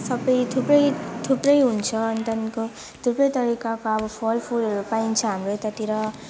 सबै थुप्रै थुप्रै हुन्छ अनि त्यहाँदेखिको थुप्रै तरिकाको अब फलफुलहरू पाइन्छ हाम्रो यतातिर